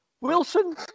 Wilson